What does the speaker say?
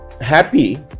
happy